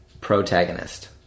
Protagonist